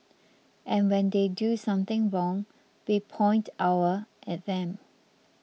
and when they do something wrong we point our at them